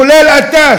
כולל אתה,